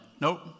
Nope